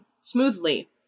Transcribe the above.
smoothly